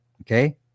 Okay